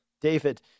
David